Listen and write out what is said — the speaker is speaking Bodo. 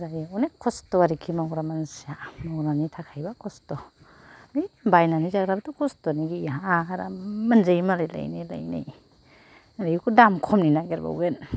जायो अनेक खस्थ' आरिखि मावग्रा मानसिया मावग्रानि थाखायबा खस्थ' बे बायनानै जाग्राफ्राथ' खस्थ'आनो गैया आराम मोनजायो मालाय लायनाय लायनाय आरो बेखौ दाम खमनि नागिरबावगोन